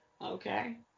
okay